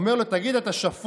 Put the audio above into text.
אמר לו: תגיד, אתה שפוי?